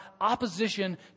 opposition